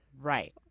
right